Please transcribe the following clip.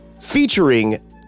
featuring